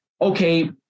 okay